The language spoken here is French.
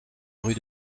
rue